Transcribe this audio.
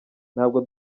ntabwo